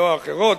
לא האחרות,